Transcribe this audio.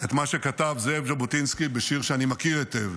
את מה שכתב זאב ז'בוטינסקי בשיר שאני מכיר היטב,